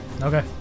Okay